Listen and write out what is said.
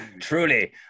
Truly